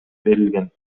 берилген